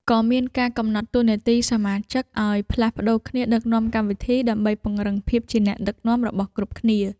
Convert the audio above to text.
ក៏មានការកំណត់តួនាទីសមាជិកឱ្យផ្លាស់ប្តូរគ្នាដឹកនាំកម្មវិធី ដើម្បីពង្រឹងភាពជាអ្នកដឹកនាំរបស់គ្រប់គ្នា។